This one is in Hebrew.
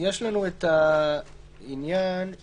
זה לא מכיל את כל הסמכויות